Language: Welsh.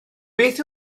beth